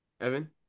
Evan